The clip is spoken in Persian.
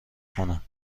کنم